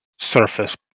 surface